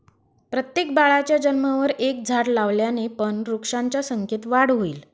प्रत्येक बाळाच्या जन्मावर एक झाड लावल्याने पण वृक्षांच्या संख्येत वाढ होईल